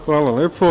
Hvala lepo.